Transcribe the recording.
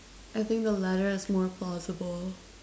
I think the latter is more plausible